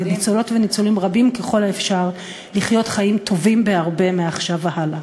לניצולות וניצולים רבים ככל האפשר לחיות חיים טובים בהרבה מעכשיו והלאה.